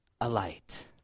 alight